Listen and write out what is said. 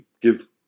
give